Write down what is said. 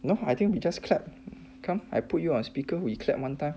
no I think we just clap come I put you on speaker we clap one time